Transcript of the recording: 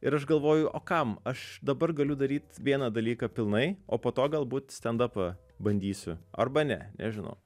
ir aš galvoju o kam aš dabar galiu daryt vieną dalyką pilnai o po to galbūt stendapą bandysiu arba ne nežinau